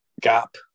Gap